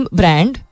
brand